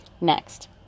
Next